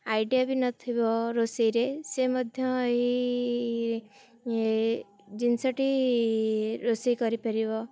idea ବି ନଥିବ ରୋଷେଇରେ ସେ ମଧ୍ୟ ଏହି ଜିନିଷଟି ରୋଷେଇ କରିପାରିବ